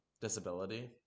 disability